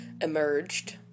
emerged